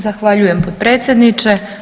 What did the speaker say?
Zahvaljujem potpredsjedniče.